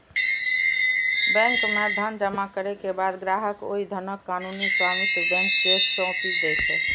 bank मे धन जमा करै के बाद ग्राहक ओइ धनक कानूनी स्वामित्व बैंक कें सौंपि दै छै